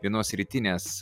vienos rytinės